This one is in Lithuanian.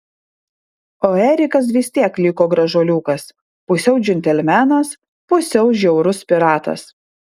o erikas vis tiek liko gražuoliukas pusiau džentelmenas pusiau žiaurus piratas